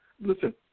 listen